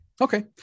Okay